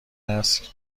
است